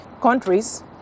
countries